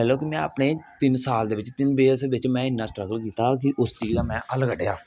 में अपने तिन साल दे बिच तिन इयरस दे बिच में इना स्ट्रगल कीता कि उस चीज दा में हल कड्ढेआ